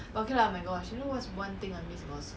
I like the school 麻辣 is very different from